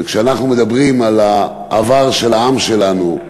וכשאנחנו מדברים על העבר של העם שלנו,